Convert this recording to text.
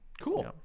cool